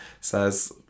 says